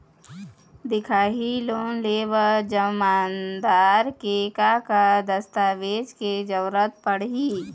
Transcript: दिखाही लोन ले बर जमानतदार के का का दस्तावेज के जरूरत पड़ही?